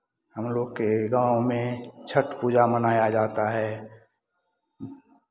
हमलोग के गांव में छठ पूजा मनाया जाता है